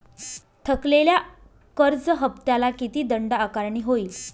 थकलेल्या कर्ज हफ्त्याला किती दंड आकारणी होईल?